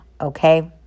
Okay